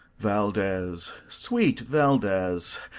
valdes, sweet valdes,